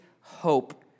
hope